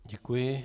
Děkuji.